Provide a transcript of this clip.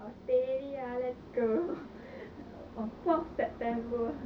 !wah! settle ah let's go on fourth september